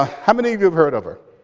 ah how many of you have heard of her?